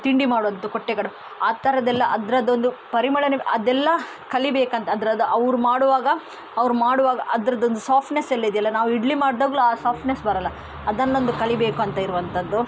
ತಿಂಡಿ ಮಾಡೋದು ಕೊಟ್ಟೆ ಕಡಭೂ ಆ ಥರದೆಲ್ಲ ಅದರದ್ದೊಂದು ಪರಿಮಳವೇ ಅದೆಲ್ಲ ಕಲಿಯಬೇಕಂತ ಅದರದು ಅವರು ಮಾಡುವಾಗ ಅವ್ರು ಮಾಡುವಾಗ ಅದರದೊಂದು ಸಾಫ್ಟ್ನೆಸ್ ಎಲ್ಲ ಇದೆಯಲ್ಲ ನಾವು ಇಡ್ಲಿ ಮಾಡಿದಾಗಲೂ ಆ ಸಾಫ್ಟ್ನೆಸ್ ಬರಲ್ಲ ಅದನ್ನೊಂದು ಕಲಿಯಬೇಕು ಅಂತ ಇರುವಂಥದ್ದು